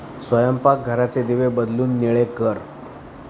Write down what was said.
स्वयंपाकघराचे दिवे बदलून निळे कर